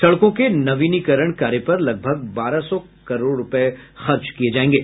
सड़कों के नवीनीकरण कार्य पर लगभग बारह सौ करोड़ रुपये खर्च किये जाऐंगे